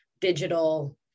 digital